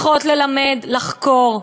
צריכות ללמד לחקור,